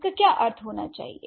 इसका क्या अर्थ होना चाहिए